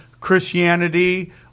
Christianity